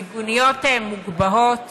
המיגוניות מוגבהות